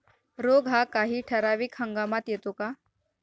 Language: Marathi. रोग हा काही ठराविक हंगामात येतो का?